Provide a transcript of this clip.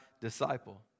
disciple